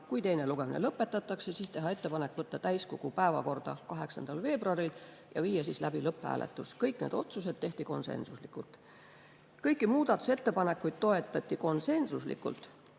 kui teine lugemine lõpetatakse, siis teha ettepanek võtta [eelnõu] täiskogu päevakorda 8. veebruaril ja viia siis läbi lõpphääletus. Kõik need otsused tehti konsensuslikult. Kõiki muudatusettepanekuid toetati konsensuslikult